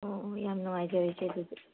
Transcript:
ꯑꯣ ꯑꯣ ꯌꯥꯝ ꯅꯨꯡꯉꯥꯏꯖꯔꯦ ꯏꯆꯦ ꯑꯗꯨꯗꯤ